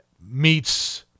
meets